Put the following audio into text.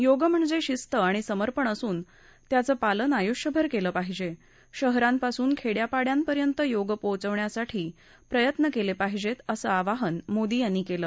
योग म्हणजे शिस्त आणि सर्मपण असून त्याचं पालन आयुष्यभर केलं पाहिजे शहरांपासून खेड्या पाड्यांपर्यंत योग पोचवण्यासाठी प्रयत्न केले पाहिजेत असं आवाहन मोदी यांनी केलं